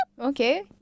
okay